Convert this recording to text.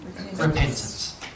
Repentance